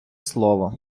слово